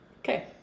Okay